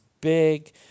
big